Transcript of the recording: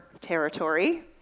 territory